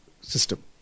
system